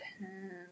ten